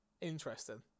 interesting